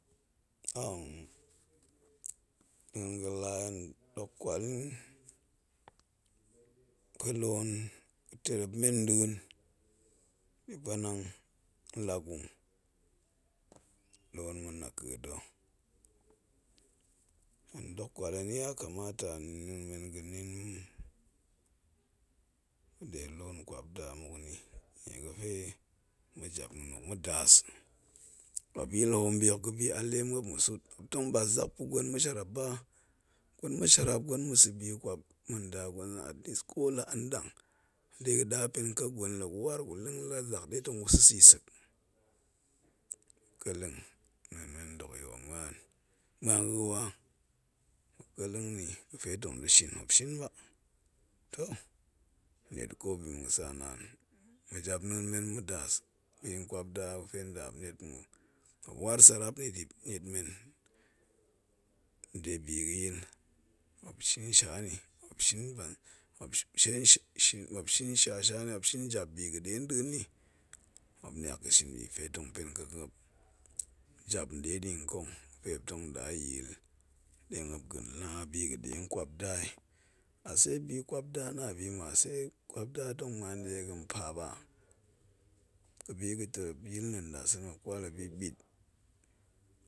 na̱a̱n ga̱ la hen dok kwal yin pue loon ga̱ tarep di puanang nlagung, a loon ma̱ naka̱ da̱, hen do kwal heni ya kamata ma̱ na̱a̱n men ga̱ na̱a̱n men ga̱ pa̱ de loon nkwap da muki niega̱fe ma̱japna̱a̱n muk ma̱das muop yil hoom bi hok ga̱bi a lemuop ma̱suut, muop tong bas zak pa̱ gwen masharap bawa? Gwen ma̱sharap, gwen ma̱ sa̱ bi ma̱ndagwen ko atlease ko la andang, de ga̱ pen kek gwen, war gu leng de tong gu sa̱ sa̱i sek, ga̱ keleng na̱a̱n men dok yol muan, muan ga̱ga̱ wa muop keleng ni fe tong du shin muop shin ba, toh ma̱ niet ko bima̱ ga̱sa naan ma̱ jap na̱a̱n men ma̱das bin nkwap da ga̱fe nda muop niet pa̱ muop, muop war sarap ni dip niet men de bi ga̱yil muop shin shani, muop shu shasha ni, muopshin jap bi ga̱de nda̱a̱n, muop niak ga̱ shin be ga̱fe tong pen kek muop jap dedi nkong ga̱fe muop tong da yil de muop ga̱ na̱ bi ga denkwapdai, ase bi kwapda na abima? Ase kwapda tong muan a dega̱n pap a? Ga̱bi ga̱ terep yil na̱ nda̱sa̱na̱,